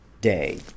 day